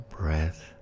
breath